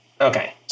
Okay